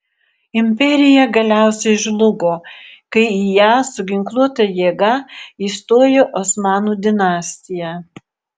imperija galiausiai žlugo kai į ją su ginkluota jėga įstojo osmanų dinastija